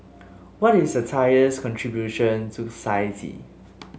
what is satire's contribution to society